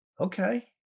Okay